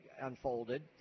unfolded